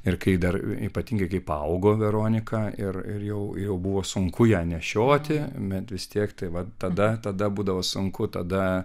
ir kai dar ypatingai kai paaugo veronika ir ir jau jau buvo sunku ją nešioti bet vis tiek tai vat tada tada būdavo sunku tada